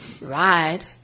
ride